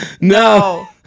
No